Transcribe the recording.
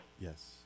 Yes